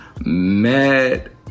mad